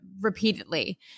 repeatedly